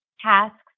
tasks